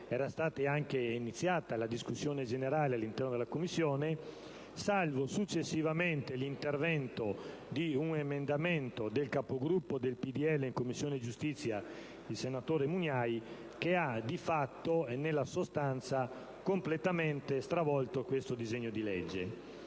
era stata anche avviata la discussione generale al nostro interno, salvo successivamente l'intervento di un emendamento del capogruppo del PdL in Commissione giustizia, il senatore Mugnai, che ha - di fatto e nella sostanza - completamente stravolto questo disegno di legge.